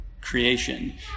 creation